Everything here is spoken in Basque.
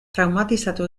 traumatizatu